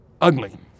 ugly